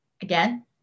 Again